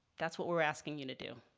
that's what we're asking you to do.